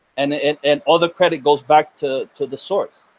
and and and all the credit goes back to to the source.